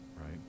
right